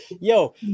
Yo